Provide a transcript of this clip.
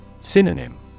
Synonym